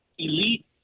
elite